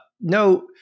No